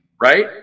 Right